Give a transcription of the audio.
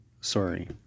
sorry